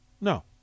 No